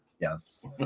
Yes